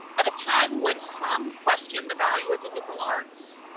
at a time when some questioned the value of the liberal arts,